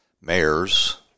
mayors